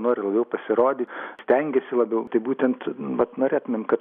nori labiau pasirodyt stengiasi labiau tai būtent vat norėtumėm kad